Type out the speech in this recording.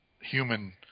human